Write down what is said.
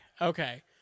okay